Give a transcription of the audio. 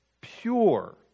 pure